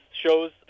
shows